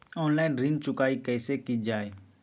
Online ऋण चुकाई कईसे की ञाई?